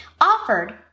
offered